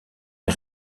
est